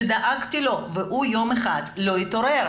שדאגתי לו ויום אחד הוא לא התעורר.